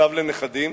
סב לנכדים,